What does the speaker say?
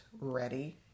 ready